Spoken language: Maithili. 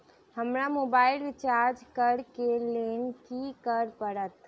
हमरा मोबाइल रिचार्ज करऽ केँ लेल की करऽ पड़त?